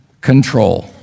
control